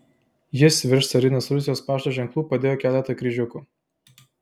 jis virš carinės rusijos pašto ženklų padėjo keletą kryžiukų